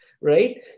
right